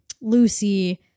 Lucy